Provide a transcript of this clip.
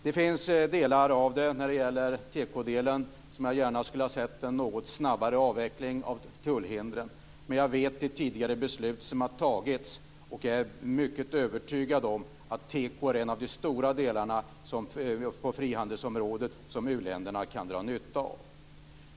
I vissa delar, som i tekodelen, skulle jag gärna ha sett en något snabbare avveckling av tullhindren, men jag känner till de beslut som tidigare har tagits och är mycket övertygad om att teko är en av de stora delar på frihandelsområdet som u-länderna kan dra nytta av.